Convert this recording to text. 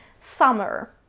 summer